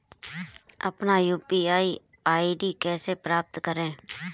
अपना UPI ID कैसे प्राप्त करें?